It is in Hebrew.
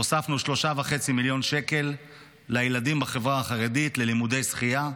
והוספנו 3.5 מיליון שקל לילדים בחברה החרדית ללימודי שחייה,